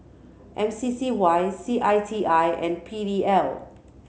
M C C Y C I T I and P D L